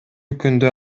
күндө